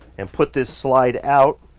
and put this slide out